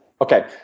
Okay